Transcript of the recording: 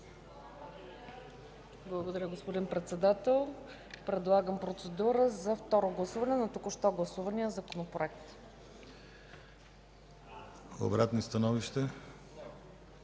Благодаря, господин Председател. Предлагам процедура за второ гласуване на току-що гласувания Законопроект. ПРЕДСЕДАТЕЛ